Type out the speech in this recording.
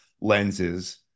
lenses